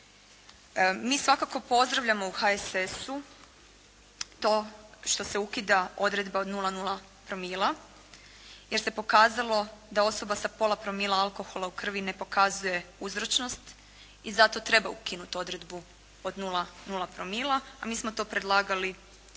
Mi svakako pozdravljamo u HSS-u to što se ukida odredba od 0,0 promila jer se pokazalo da osoba sa pola promila alkohola u krvi ne pokazuje uzročnost i zato treba ukinuti odredbu od 0,0 promila, a mi smo to predlagali u